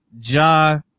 Ja